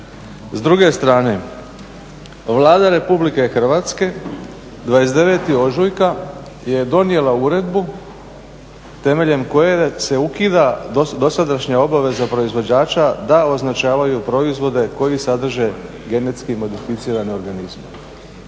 S druge strane, Vlada Republike Hrvatske 29. ožujka je donijela uredbu temeljem koje se ukida dosadašnja obaveza proizvođača da označavaju proizvode koji sadrže GMO organizme.